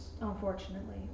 Unfortunately